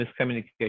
miscommunication